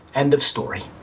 end of story.